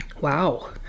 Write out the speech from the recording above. wow